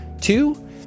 Two